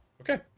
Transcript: Okay